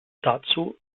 dazu